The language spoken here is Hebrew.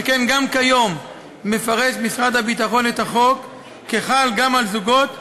שכן גם כיום מפרש משרד הביטחון את החוק כחל גם על זוגות חד-מיניים.